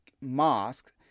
mosques